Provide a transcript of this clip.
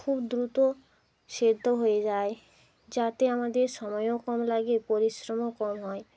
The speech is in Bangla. খুব দ্রুত সেদ্ধ হয়ে যায় যাতে আমাদের সময়ও কম লাগে পরিশ্রমও কম হয়